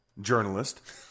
journalist